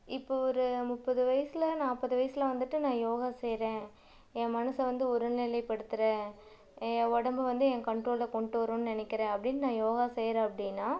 இப்போ ஒரு முப்பது வயசில் நாற்பது வயசில் வந்துவிட்டு நான் யோகா செய்யறேன் ஏன் மனச வந்து ஒருநிலைப்படுத்துறேன் ஏன் உடம்ப வந்து ஏன் கண்ட்ரோலில் கொண்டுட்டு வரணுன்னு நினைக்கிறேன் அப்படின்னு நான் யோகா செய்யறேன் அப்படின்னா